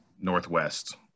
Northwest